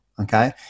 Okay